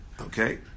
Okay